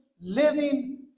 living